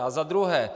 A za druhé.